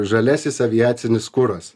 žaliasis aviacinis kuras